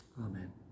Amen